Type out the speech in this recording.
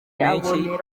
menshi